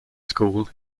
school